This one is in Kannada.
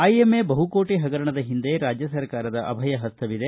ಐಎಂಎ ಬಹುಕೋಟಿ ಹಗರಣದ ಹಿಂದೆ ರಾಜ್ಯ ಸರಕಾರದ ಅಭಯ ಪಸ್ತವಿದೆ